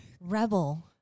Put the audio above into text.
Rebel